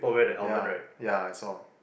yeah yeah I saw